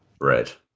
Right